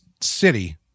city